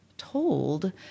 Told